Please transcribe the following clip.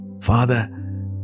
Father